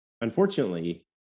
unfortunately